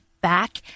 back